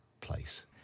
place